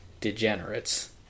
degenerates